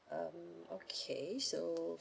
uh okay so